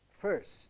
First